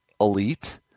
elite